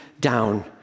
down